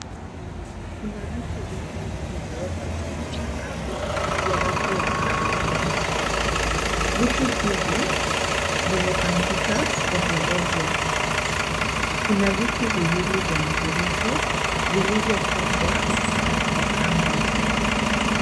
Kuna vitu vingi vimewekwa juu ya sakafu ya rangi ya kahawia. Vitu hivi vimepangika ovyo ovyo. Kuna vitu viwili vya mviringo vilivyofungwa kwa kamba.